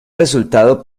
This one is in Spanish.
resultado